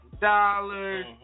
dollars